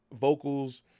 vocals